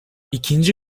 i̇kinci